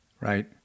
Right